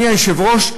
אדוני היושב-ראש,